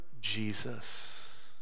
Jesus